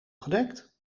gedekt